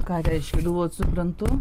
ką reiškia galvojat suprantu